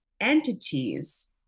entities